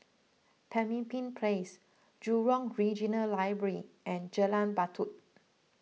Pemimpin Place Jurong Regional Library and Jalan Batu